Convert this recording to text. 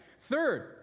Third